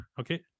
Okay